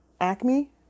Acme